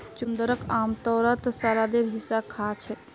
चुकंदरक आमतौरत सलादेर हिस्सा खा छेक